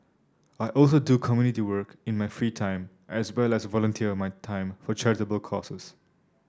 I also do community work in my free time as well as volunteer my time for charitable causes